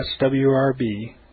swrb